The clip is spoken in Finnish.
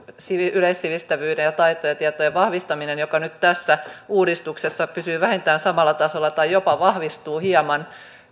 yleissivistävyyden ja taitojen ja tietojen vahvistamisen joka nyt tässä uudistuksessa pysyy vähintään samalla tasolla tai jopa vahvistuu hieman